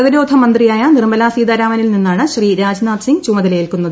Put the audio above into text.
പ്രതിരോധ മന്ത്രിയായ നിർമലാ സീതാരാമനിൽ നിന്നാണ് ശ്രീ രാജ്നാഥ് സിംഗ് ചുമതലയേൽക്കുന്നത്